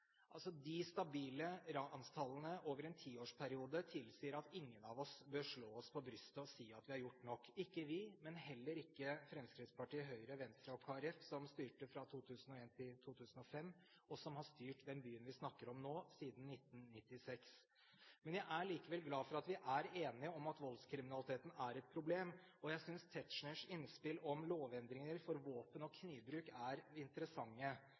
De stabile ranstallene over en tiårsperiode tilsier at ingen av oss bør slå oss på brystet og si at vi har gjort nok. Ikke vi, men heller ikke Fremskrittspartiet, Høyre, Venstre og Kristelig Folkeparti, som styrte fra 2001 til 2005, og som har styrt den byen vi snakker om nå, siden 1996. Jeg er likevel glad for at vi er enige om at voldskriminaliteten er et problem, og jeg synes Tetzschners innspill om lovendringer for våpen- og knivbruk er interessante.